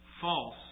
false